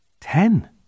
Ten